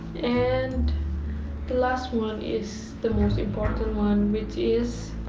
and the last one is the most important one which is